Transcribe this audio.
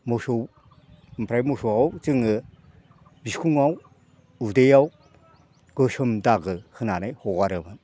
मोसौ ओमफ्राय मोसौआव जोङो बिखुङाव उदैयाव गोसोम दागो होनानै हगारोमोन